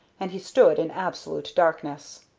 and he stood in absolute darkness.